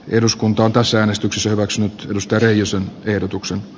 eduskunta on tässä äänestyksessä hyväksynyt eero reijosen ehdotuksen